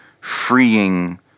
freeing